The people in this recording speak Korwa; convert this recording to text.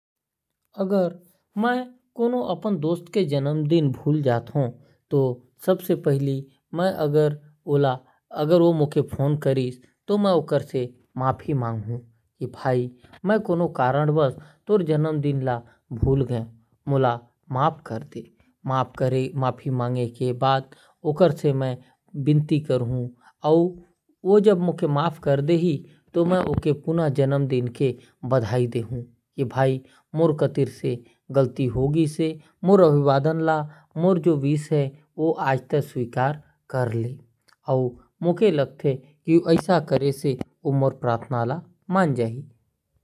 अगर मैं कोनो अपन दोस्त के जन्मदिन भूल जात हो । तो मैं ओकर से माफी मांगू कि मोर से गलती होगीस है मो के माफ करदे। और माफी करे के बाद ओके पुनः जन्मदिन के बधाई देहु और अभिवादन कर हु।